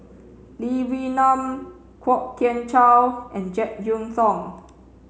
Lee Wee Nam Kwok Kian Chow and Jek Yeun Thong